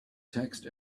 text